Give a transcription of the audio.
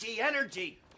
energy